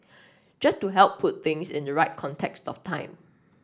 just to help put things in the right context of time